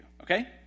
okay